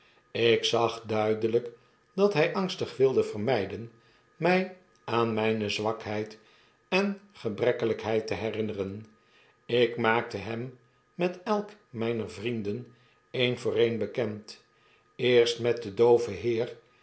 ik zag duidelijk dat hy angstig wflde vermyden my aan mijne zwakheid en gebrekkelijkheid te herinneren ik maakte nem met elk mijner vrienden een voor een bekend eerst met den dooven heer